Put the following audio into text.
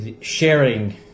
sharing